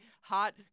hot